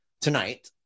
tonight